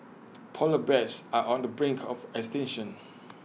Polar Bears are on the brink of extinction